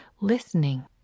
listening